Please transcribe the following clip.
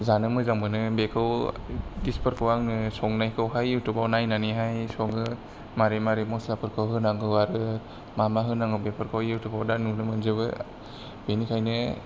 जानो मोजां मोनो बेखौ डिशफोरखौ आङो संनायखौहाय युटुबाव नायनानैहाय सङो मारै मारै मसलाफोरखौ होनांगौ आरो मा मा होनांगौ बेफोरखौ युटुबाव दा नुनो मोनजोबो बेनिखायनो